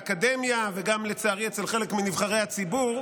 תודה רבה, אדוני היושב-ראש.